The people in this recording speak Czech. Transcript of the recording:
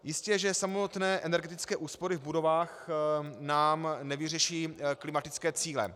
Jistě že samotné energetické úspory v budovách nám nevyřeší klimatické cíle.